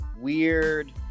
weird